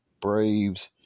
Braves